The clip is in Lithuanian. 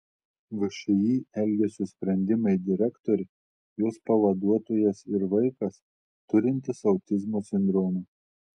všį elgesio sprendimai direktorė jos pavaduotojas ir vaikas turintis autizmo sindromą